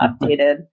updated